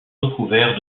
recouvert